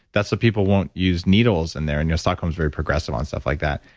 that's so people won't use needles in there. and yeah stockholm is very progressive on stuff like that.